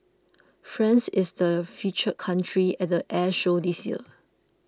France is the feature country at the air show this year